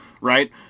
right